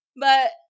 but-